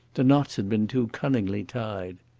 the knots had been too cunningly tied.